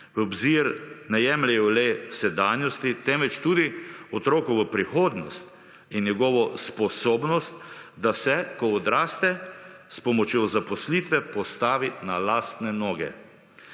v obzir ne jemljejo le sedanjosti temveč tudi otrokovo prihodnost in njegovo sposobnost, da se, ko odraste s pomočjo zaposlitve postavi na lastne noge.